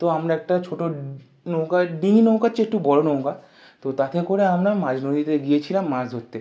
তো আমরা একটা ছোটো নৌকা ডিঙ্গি নৌকার চেয়ে একটু বড়ো নৌকা তো তাতে করে আমরা মাছ নদীতে গিয়েছিলাম মাছ ধরতে